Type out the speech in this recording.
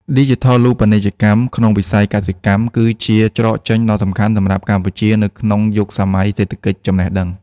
ឌីជីថលូបនីយកម្មក្នុងវិស័យកសិកម្ម គឺជាច្រកចេញដ៏សំខាន់សម្រាប់កម្ពុជានៅក្នុងយុគសម័យសេដ្ឋកិច្ចចំណេះដឹង។